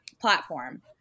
platform